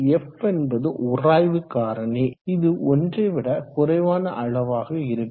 f என்பது உராய்வு காரணி இது ஒன்றைவிட குறைவான அளவாக இருக்கும்